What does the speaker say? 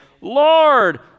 Lord